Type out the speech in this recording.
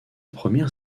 première